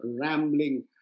rambling